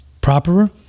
proper